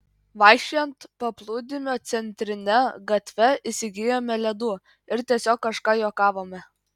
vaikščiojant paplūdimio centrine gatve įsigijome ledų ir tiesiog kažką juokavome